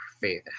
faith